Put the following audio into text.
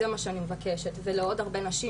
זה מה שאני מבקשת ולעוד הרבה נשים,